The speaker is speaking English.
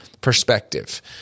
perspective